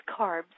carbs